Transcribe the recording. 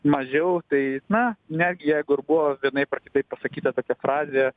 mažiau tai na net jeigu ir buvo vienaip ar kitaip pasakyta tokia frazė